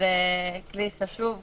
זה כלי חשוב.